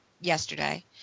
yesterday